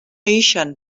ixen